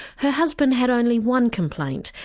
her husband had only one complaint,